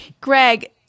Greg